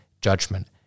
judgment